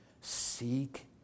Seek